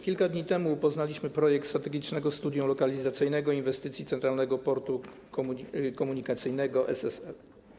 Kilka dni temu poznaliśmy projekt „Strategicznego studium lokalizacyjnego inwestycji Centralnego Portu Komunikacyjnego (SSL)